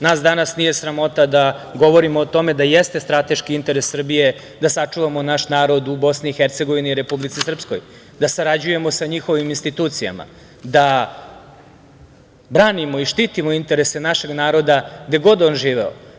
Nas danas nije sramota da govorimo o tome da jeste strateški interes Srbije da sačuvamo naš narod u Bosni i Hercegovini i Republici Srpskoj, da sarađujemo sa njihovim institucijama, da branimo i štitimo interese našeg naroda gde god on živeo.